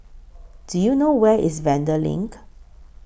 Do YOU know Where IS Vanda LINK